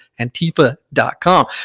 Antifa.com